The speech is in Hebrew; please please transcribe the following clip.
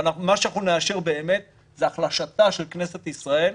אבל מה שנאשר באמת זו החלשתה של כנסת ישראל,